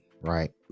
right